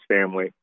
family